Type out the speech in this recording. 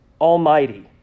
almighty